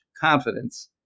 confidence